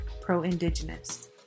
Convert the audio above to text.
pro-Indigenous